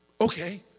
okay